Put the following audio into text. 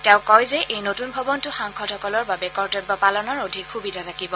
তেওঁ কয় যে এই নতুন ভৱনটোত সাংসদসকলৰ বাবে কৰ্তব্য পালনৰ অধিক সুবিধা থাকিব